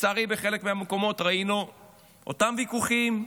לצערי בחלק מהמקומות ראינו אותם ויכוחים,